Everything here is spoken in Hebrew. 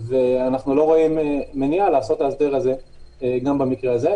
ואנחנו לא רואים מניעה לעשות את ההסדר הזה גם במקרה הזה.